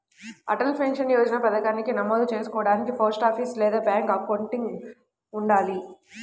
Atal pension Yojana పథకానికి నమోదు చేసుకోడానికి పోస్టాఫీస్ లేదా బ్యాంక్ అకౌంట్ ఉండాలి